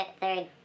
third